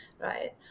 right